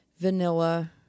vanilla